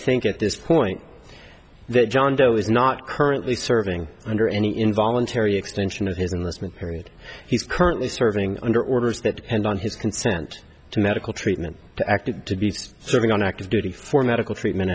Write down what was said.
think at this point that john doe is not currently serving under any involuntary extension of his enlistment period he's currently serving under orders that and on his consent to medical treatment active to be serving on active duty for medical treatment